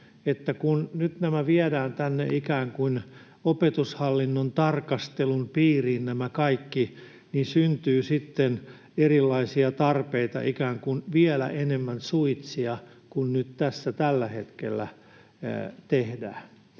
kaikki viedään tänne ikään kuin opetushallinnon tarkastelun piiriin, niin syntyy sitten erilaisia tarpeita ikään kuin vielä enemmän suitsia kuin nyt tässä tällä hetkellä tehdään.